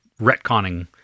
retconning